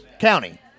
County